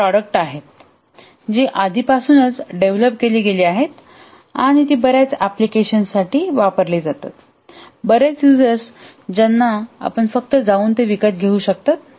ही अशी प्रॉडक्ट आहेत जी आधीपासूनच डेव्हलप केली गेली आहेत आणि ती बर्याच ऍप्लिकेशन साठी वापरली जातात बरेच युजर्स ज्यांना आपण फक्त जाऊन ते विकत घेऊ शकता